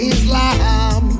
Islam